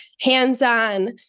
hands-on